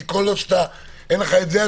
כי כל עוד אין לך את זה,